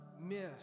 miss